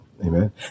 Amen